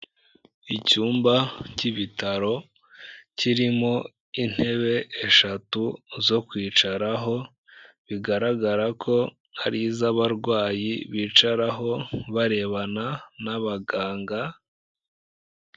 Icyumba cy'ibitaro kirimo intebe eshatu zo kwicaraho, bigaragara ko hari iz'abarwayi bicaraho barebana n'abaganga.